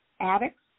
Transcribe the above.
addicts